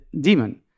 demon